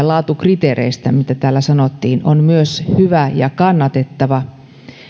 laatukriteereistä se mitä täällä sanottiin on myös hyvä ja kannatettava